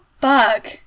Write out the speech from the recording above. Fuck